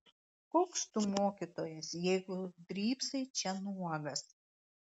koks tu mokytojas jeigu drybsai čia nuogas